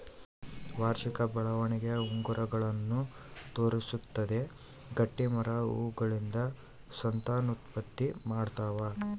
ವಾರ್ಷಿಕ ಬೆಳವಣಿಗೆಯ ಉಂಗುರಗಳನ್ನು ತೋರಿಸುತ್ತದೆ ಗಟ್ಟಿಮರ ಹೂಗಳಿಂದ ಸಂತಾನೋತ್ಪತ್ತಿ ಮಾಡ್ತಾವ